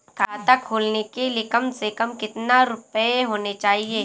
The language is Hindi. खाता खोलने के लिए कम से कम कितना रूपए होने चाहिए?